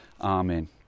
amen